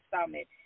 summit